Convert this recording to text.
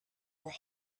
were